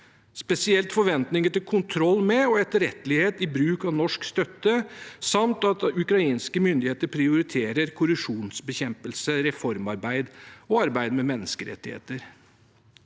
spesielt forventninger til kontroll med og etterrettelighet i bruk av norsk støtte, samt at ukrainske myndigheter prioriterer korrupsjonsbekjempelse, reformarbeid og arbeid med menneskerettigheter.